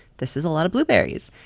this is a lot of blueberries!